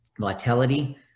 vitality